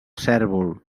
cérvol